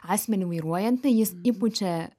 asmenį vairuojantį jis įpučia